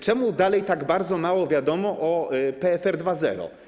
Czemu dalej tak bardzo mało wiadomo o PFR 2.0?